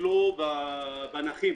טיפלו בנכים,